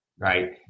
Right